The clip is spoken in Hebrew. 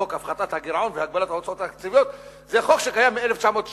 חוק הפחתת הגירעון והגבלת ההוצאות התקציביות זה חוק שקיים מ-1992.